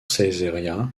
ceyzériat